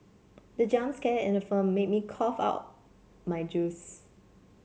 the jump scare in the film made me cough out my juice